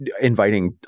inviting